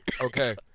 Okay